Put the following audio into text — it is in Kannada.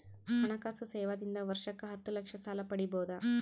ಹಣಕಾಸು ಸೇವಾ ದಿಂದ ವರ್ಷಕ್ಕ ಹತ್ತ ಲಕ್ಷ ಸಾಲ ಪಡಿಬೋದ?